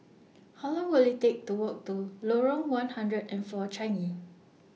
How Long Will IT Take to Walk to Lorong one hundred and four Changi